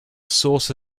source